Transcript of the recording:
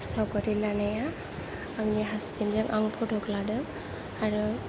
सावगारि लानाया आंनि हास्बेन्ड जों आं फट' लादों आरो